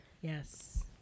Yes